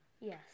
Yes